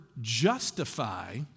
justify